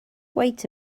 wait